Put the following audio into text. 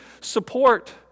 support